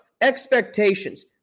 expectations